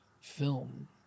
film